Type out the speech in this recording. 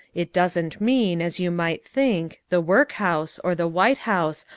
it doesn't mean, as you might think, the workhouse, or the white house,